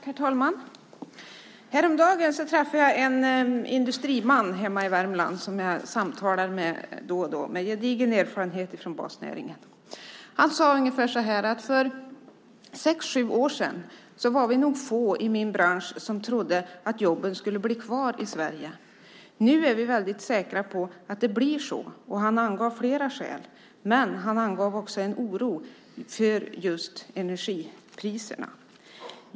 Herr talman! Häromdagen träffade jag en industriman hemma i Värmland som jag samtalar med då och då. Han har gedigen erfarenhet från basnäringen. Han sade ungefär så här: För sex sju år sedan var det nog få i min bransch som trodde att jobben skulle bli kvar i Sverige. Nu är vi säkra på att det blir så. Han angav flera skäl, men han uttryckte också oro för energipriserna.